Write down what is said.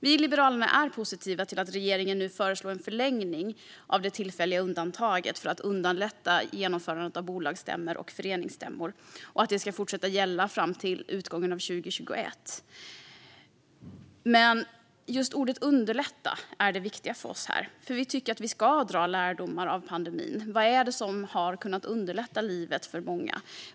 Vi i Liberalerna är positiva till att regeringen nu för att underlätta genomförandet av bolagsstämmor och föreningsstämmor föreslår en förlängning fram till utgången av 2021 av det tillfälliga undantaget. Just ordet "underlätta" är det viktiga för oss här. Vi tycker att vi ska dra lärdomar av pandemin: Vad är det som har kunnat underlätta livet för många?